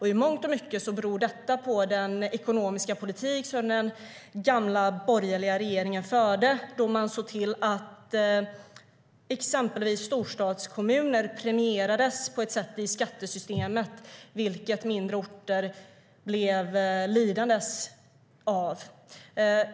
I mångt och mycket beror detta på den ekonomiska politik som den gamla borgerliga regeringen förde, då man såg till att exempelvis storstadskommuner premierades i skattesystemet, vilket mindre orter blev lidande av.